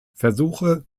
versuche